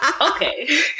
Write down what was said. Okay